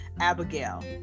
Abigail